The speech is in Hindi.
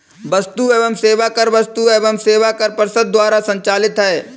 वस्तु एवं सेवा कर वस्तु एवं सेवा कर परिषद द्वारा संचालित है